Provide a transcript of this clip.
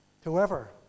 Whoever